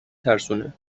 ترسونه